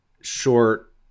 short